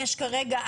יש כרגע,